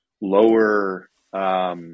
lower